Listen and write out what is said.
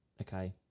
okay